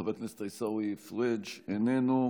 חבר הכנסת עיסאווי פריג' איננו,